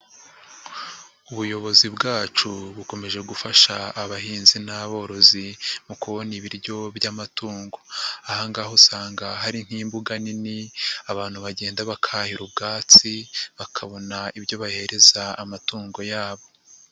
Ubuyobozi bwacu bukomeje gufasha abahinzi n'aborozi mu kubona ibiryo by'amatungo. Aha ngaho usanga hari nk'imbuga nini, abantu bagenda bakahira ubwatsi, bakabona ibyo bahereza amatungo yabo.